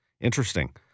Interesting